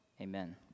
Amen